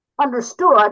understood